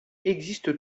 existe